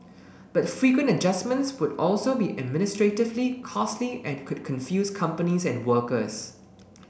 but frequent adjustments would also be administratively costly and could confuse companies and workers